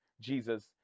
Jesus